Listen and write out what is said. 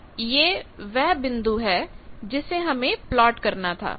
और यह वह बिंदु है जिसे हमें प्लॉट करना था